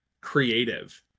creative